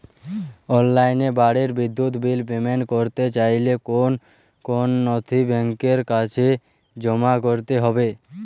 অনলাইনে বাড়ির বিদ্যুৎ বিল পেমেন্ট করতে চাইলে কোন কোন নথি ব্যাংকের কাছে জমা করতে হবে?